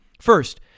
First